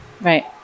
Right